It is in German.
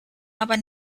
aber